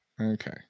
okay